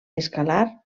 escalar